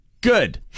good